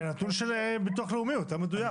כי הנתון של הביטוח הלאומי הוא יותר מדויק.